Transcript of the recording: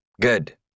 Good